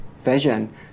vision